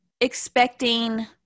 expecting